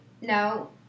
No